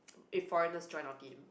if foreigners join our team